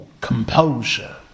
composure